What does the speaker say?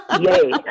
Yay